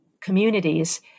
communities